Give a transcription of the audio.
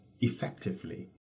effectively